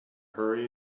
hurry